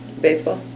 Baseball